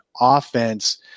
offense